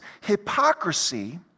Hypocrisy